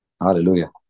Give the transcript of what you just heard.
Hallelujah